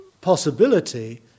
possibility